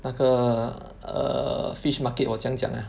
那个 err fish market 我怎样讲 ah